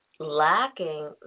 lacking